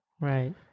Right